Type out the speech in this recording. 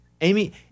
Amy